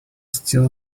still